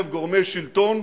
בקרב גורמי שלטון,